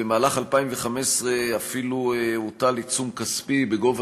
במהלך 2015 אפילו הוטל עיצום כספי בגובה